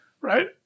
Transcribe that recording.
Right